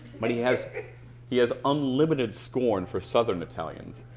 but he has he has unlimited scorn for southern italians.